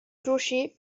clocher